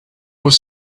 was